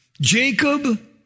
Jacob